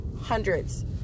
hundreds